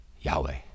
Yahweh